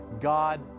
God